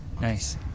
Nice